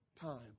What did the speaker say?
time